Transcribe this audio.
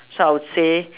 so I would say